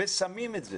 ושמים את זה